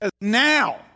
now